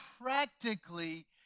practically